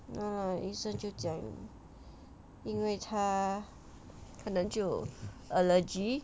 no lah 医生就讲因为他可能就 allergy